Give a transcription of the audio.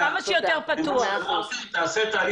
הוא רוצה להגיע ולקבל